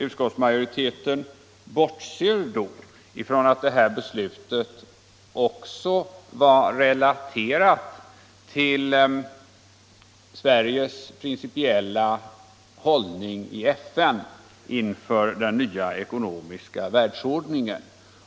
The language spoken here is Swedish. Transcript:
Utskottsmajoriteten bortser då från att det här beslutet också var relaterat till Sveriges principiella hållning i FN inför den nya ekonomiska världsordningen.